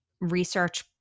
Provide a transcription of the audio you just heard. research